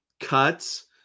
cuts